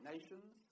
Nations